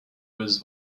was